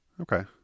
Okay